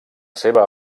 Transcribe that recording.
seva